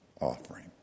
offering